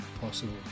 possible